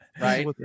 right